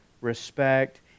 respect